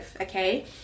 okay